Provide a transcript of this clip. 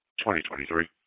2023